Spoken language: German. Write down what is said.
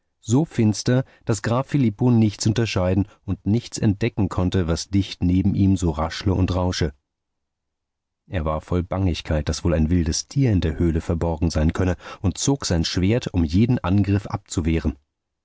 so finster daß graf filippo nichts unterscheiden und nicht entdecken konnte was dicht neben ihm so raschle und rausche er war voll bangigkeit daß wohl ein wildes tier in der höhle verborgen sein könne und zog sein schwert um jeden angriff abzuwehren